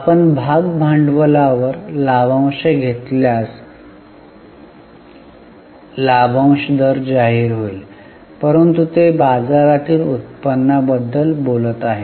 आपण भाग भांडवलावर लाभांश घेतल्यास लाभांश दर जाहीर होईल परंतु ते बाजारातील उत्पन्नाबद्दल बोलत आहेत